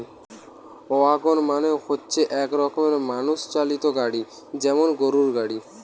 wagon মানে হচ্ছে এক রকমের মানুষ চালিত গাড়ি যেমন গরুর গাড়ি